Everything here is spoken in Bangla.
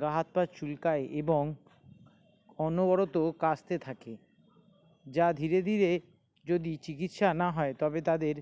গা হাত পা চুলকায় এবং অনবরত কাশতে থাকে যা ধীরে ধীরে যদি চিকিৎসা না হয় তবে তাদের